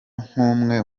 nk’umwe